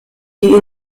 die